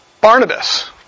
Barnabas